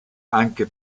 anche